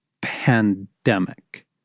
pandemic